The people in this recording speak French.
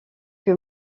que